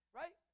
right